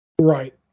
Right